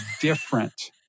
different